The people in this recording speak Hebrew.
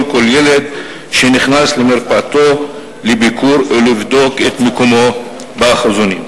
כל ילד שנכנס למרפאתו לביקור ולבדוק את מקומו באחוזונים.